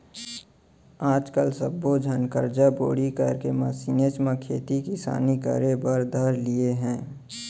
आज काल सब्बे झन करजा बोड़ी करके मसीनेच म खेती किसानी करे बर धर लिये हें